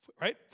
right